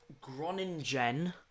Groningen